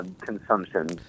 consumption